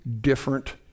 different